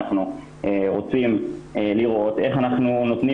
אנחנו רוצים לראות איך אנחנו נותנים